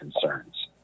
concerns